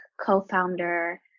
co-founder